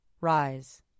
Rise